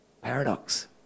Paradox